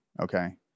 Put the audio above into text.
Okay